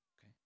Okay